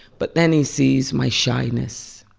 but then he sees my shyness.